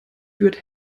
führt